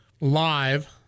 live